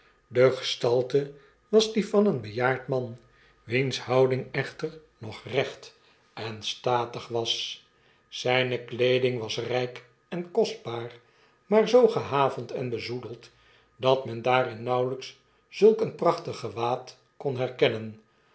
de gestalte was die van een bejaard man wiens houding echter nog recht en statig was zijne kleeding was ryk en kostbaar maar zoo gehavend en bezoedeld dat men daarin nauwelijks zulk een prachtig gewaad kon herkennen